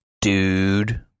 Dude